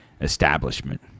establishment